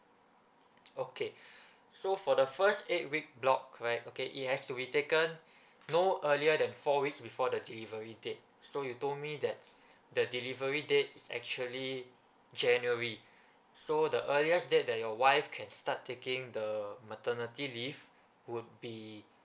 okay so for the first eight week block right okay it has to be taken no earlier than four weeks before the delivery dake so you told me that the delivery date is actually january so the earliest date that your wife can start taking the maternity leave would be